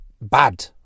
bad